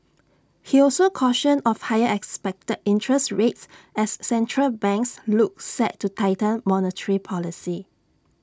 he also cautioned of higher expected interest rates as central banks look set to tighten monetary policy